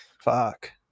Fuck